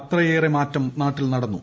അത്രയേറെ മാറ്റം നടന്നു